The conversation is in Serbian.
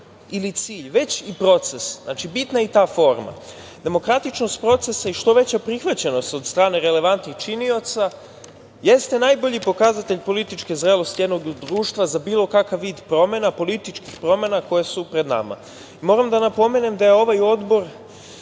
ili cilj, već i proces. Znači, bitna je i ta forma. Demokratičnost procesa i što veća prihvaćenost od strane relevantnih činioca jeste najbolji pokazatelj političke zrelosti jednog društva za bilo kakav vid promena, političkih promena koje su pred nama. Moram da napomenem da je ovaj Odbor,